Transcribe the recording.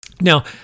Now